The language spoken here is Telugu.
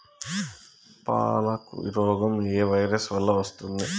పాలకు రోగం ఏ వైరస్ వల్ల వస్తుంది?